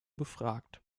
befragt